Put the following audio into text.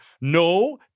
No